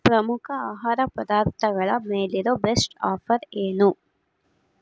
ಪ್ರಮುಖ ಆಹಾರ ಪದಾರ್ಥಗಳ ಮೇಲಿರೋ ಬೆಸ್ಟ್ ಆಫರ್ ಏನು